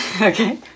Okay